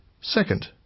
Second